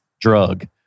drug